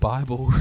Bible